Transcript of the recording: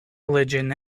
religion